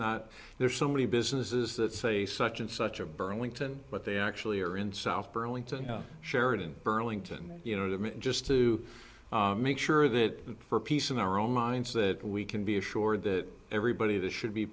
not there's so many businesses that say such and such a burlington but they actually are in south burlington sheraton burlington you know them and just to make sure that for peace in our own minds that we can be assured that everybody that should be